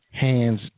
hands